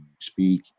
speak